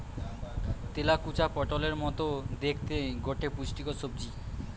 তেলাকুচা পটোলের মতো দ্যাখতে গটে পুষ্টিকর সবজি